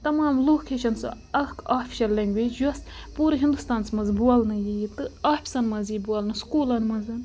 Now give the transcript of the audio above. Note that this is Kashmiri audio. تَمام لُکھ ہیٚچھَن سُہ اَکھ آفِشَل لینٛگویج یۄس پوٗرٕ ہِندوستانَس منٛز بولنہٕ یی تہٕ آفِسَن منٛز یی بولنہٕ سکوٗلَن منٛز